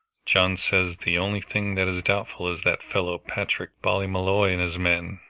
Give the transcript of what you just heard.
john says the only thing that is doubtful is that fellow patrick ballymolloy and his men.